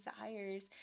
desires